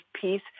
peace